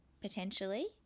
potentially